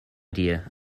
dear